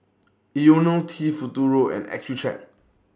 Ionil T Futuro and Accucheck